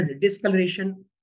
discoloration